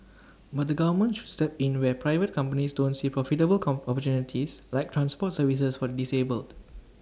but the government should step in where private companies don't see profitable come opportunities like transport services for the disabled